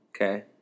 Okay